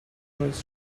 was